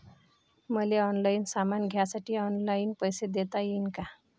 मले ऑनलाईन सामान घ्यासाठी ऑनलाईन पैसे देता येईन का?